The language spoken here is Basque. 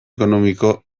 ekonomiko